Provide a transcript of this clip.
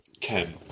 Ken